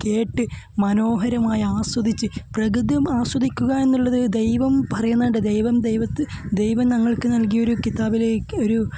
കേട്ട് മനോഹരമായി ആസ്വദിച്ച് പ്രകൃതം ആസ്വദിക്കുക എന്നുള്ളത് ഒരു ദൈവം പറയുന്നുണ്ട് ദൈവം ദൈവത്ത് ദൈവം നമ്മൾക്കു നൽകിയൊരു കിത്താബിലെ ഒരു